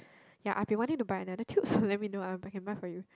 ya I've been wanting to buy another tube let me know I I can buy for you